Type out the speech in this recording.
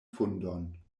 fundon